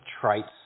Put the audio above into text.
traits